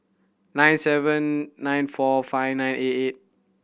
six seven nine four five nine eight eight